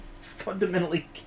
fundamentally